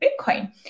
bitcoin